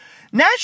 National